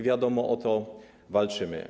Wiadomo, o to walczymy.